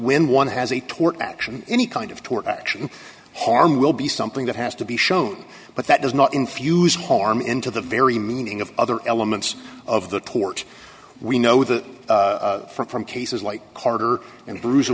when one has a tort action any kind of tort action harm will be something that has to be shown but that does not infuse harm into the very meaning of other elements of the port we know that from cases like carter and br